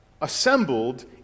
assembled